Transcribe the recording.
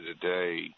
today